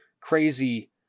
crazy